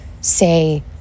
say